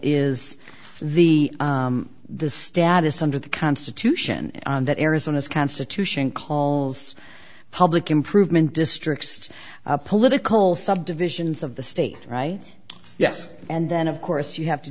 is the the status under the constitution on that arizona's constitution calls public improvement districts political subdivisions of the state right yes and then of course you have to